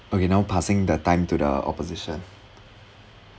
okay now passing the time to the opposition